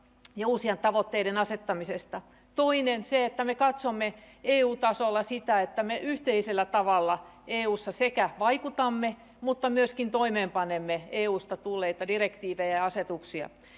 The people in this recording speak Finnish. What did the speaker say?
ja uusien tavoitteiden asettamisesta toinen on se että me katsomme eu tasolla sitä että me yhteisellä tavalla eussa vaikutamme mutta myöskin toimeenpanemme eusta tulleita direktiivejä ja asetuksia